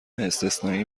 استثنایی